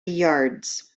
yards